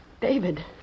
David